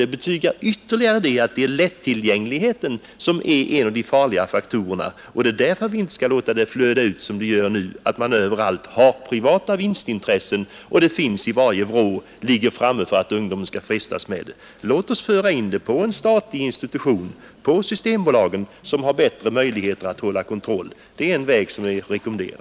Det betygar ytterligare att lättillgängligheten är en av de farliga faktorerna, och det är därför vi inte bör låta ölet ”flöda ut” som det gör nu, så att det överallt finns privata vinstintressen och så att ölet finns i varje vrå och ölflaskorna ligger framme för att ungdomen skall frestas att köpa. Låt oss föra över mellanölet till en statlig institution, Systembolaget, som har bättre möjligheter att hålla kontroll på försäljningen. Det är en väg som är att rekommendera.